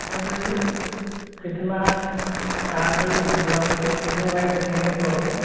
sir कितना charge मतलब कितने बाइ कितने का प्लॉट है